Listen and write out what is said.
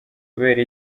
kubera